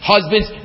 Husbands